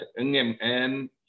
NMN